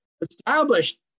established